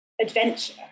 adventure